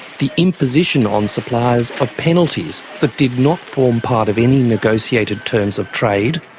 the imposition on suppliers of penalties that did not form part of any negotiated terms of trade.